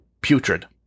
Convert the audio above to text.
putrid